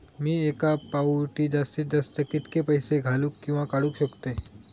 मी एका फाउटी जास्तीत जास्त कितके पैसे घालूक किवा काडूक शकतय?